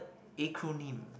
acronym